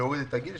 להוריד את הגיל,